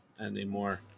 anymore